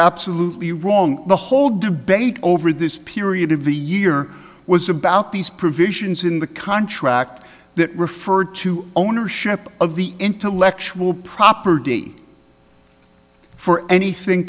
absolutely wrong the whole debate over this period of the year was about these provisions in the contract that refer to ownership of the intellectual property for anything